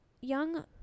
young